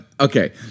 okay